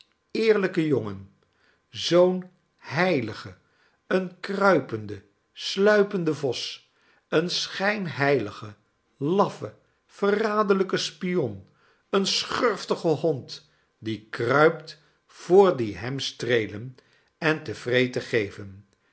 brave eerlijkejongen zoo'n heiligje een kruipende sluipende vos een schijnheilige laffe verraderlijke spion een schurftige hond die kruipt voor die hem streelen en te vreten geven